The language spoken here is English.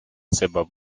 suburb